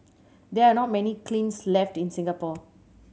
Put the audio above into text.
there are not many kilns left in Singapore